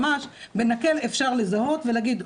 בנקל אפשר לזהות ולהגיד 'אוקיי,